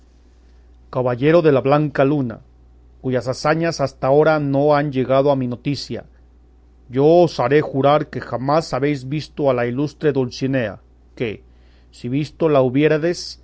caballero de la blanca luna cuyas hazañas hasta agora no han llegado a mi noticia yo osaré jurar que jamás habéis visto a la ilustre dulcinea que si visto la hubiérades yo